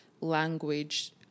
language